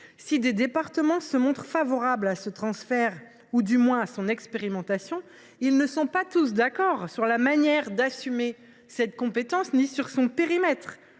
si des départements se montrent favorables à ce transfert ou du moins à son expérimentation, ils ne sont pas tous d’accord sur la manière d’assumer cette compétence ni sur son périmètre.